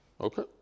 okay